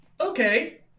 Okay